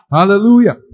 Hallelujah